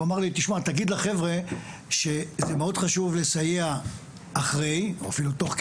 הוא אמר להגיד לחבר'ה שמאוד חשוב לסייע אחרי או אפילו תוך כדי.